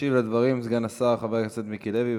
ישיב על הדברים סגן השר חבר הכנסת מיקי לוי.